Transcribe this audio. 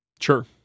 Sure